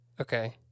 Okay